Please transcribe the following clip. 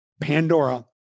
Pandora